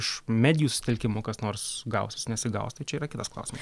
iš medijų susitelkimo kas nors gausis nesigaus tai čia yra kitas klausimas